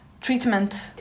treatment